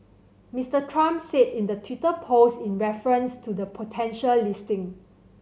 Mister Trump said in the Twitter post in reference to the potential listing